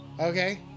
Okay